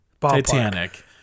Titanic